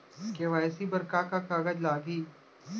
KYC बर का का कागज लागही?